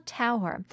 tower